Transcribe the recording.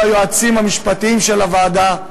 ליועצים המשפטיים של הוועדה,